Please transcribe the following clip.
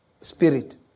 spirit